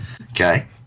Okay